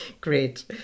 Great